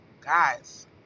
Guys